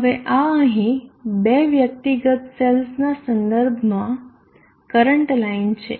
હવે આ અહીં બે વ્યક્તિગત સેલ્સના સંદર્ભમાં કરંટ લાઈન છે